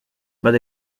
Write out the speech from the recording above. but